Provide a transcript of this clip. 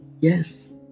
Yes